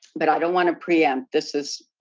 but i don't want to preempt this is